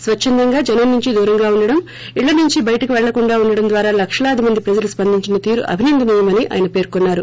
స్వచ్చందంగా జనం నుంచి దూరంగా ఉండటం ఇంటి నుంచి బయటకు పెళ్లకుండా ఉండటం ద్వారా లక్షలాది మందీ ప్రజలు స్పందించిన తీరు అభినందనీయమని ఆయన పేర్కొన్సారు